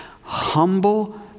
Humble